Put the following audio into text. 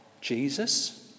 Jesus